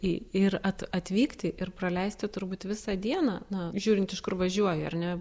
į ir at atvykti ir praleisti turbūt visą dieną na žiūrint iš kur važiuoji ar ne